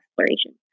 exploration